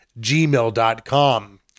gmail.com